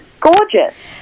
gorgeous